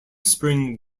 spring